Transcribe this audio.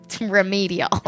remedial